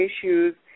issues